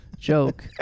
joke